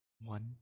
One